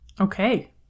okay